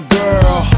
girl